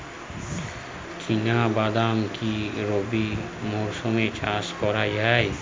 চিনা বাদাম কি রবি মরশুমে চাষ করা যায়?